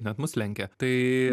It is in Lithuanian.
net mus lenkia tai